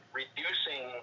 reducing